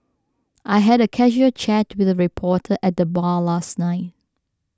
I had a casual chat with a reporter at the bar last night